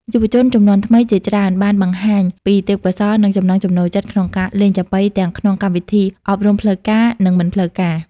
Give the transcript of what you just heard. យុវជនជំនាន់ថ្មីជាច្រើនបានបង្ហាញពីទេពកោសល្យ និងចំណង់ចំណូលចិត្តក្នុងការលេងចាប៉ី ទាំងក្នុងកម្មវិធីអប់រំផ្លូវការ និងមិនផ្លូវការ។